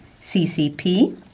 CCP